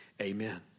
Amen